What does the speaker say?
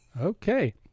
Okay